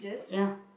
ya